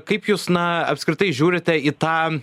kaip jūs na apskritai žiūrite į tą